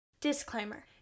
Disclaimer